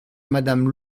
madame